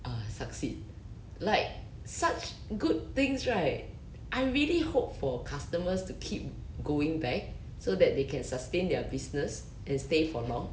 uh succeed like such good things right I really hope for customers to keep going back so that they can sustain their business and stay for long